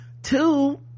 two